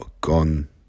gone